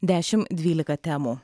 dešim dvylika temų